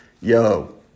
yo